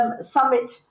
Summit